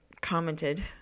commented